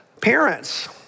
parents